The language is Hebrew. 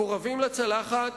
מקורבים לצלחת,